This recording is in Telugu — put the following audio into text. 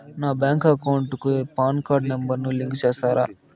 నా బ్యాంకు అకౌంట్ కు పాన్ కార్డు నెంబర్ ను లింకు సేస్తారా?